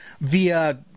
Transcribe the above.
via